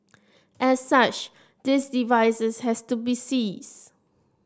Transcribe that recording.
as such these devices has to be seized